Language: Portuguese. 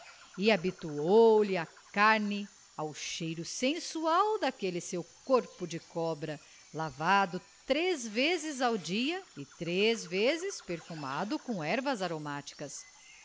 habituou lhe a carne ao cheiro sensual daquele seu corpo de cobra lavado três vezes ao dia e três vezes perfumado com ervas aromáticas